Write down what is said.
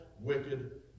wicked